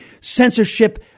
censorship